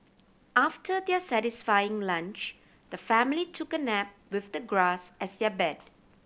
after their satisfying lunch the family took a nap with the grass as their bed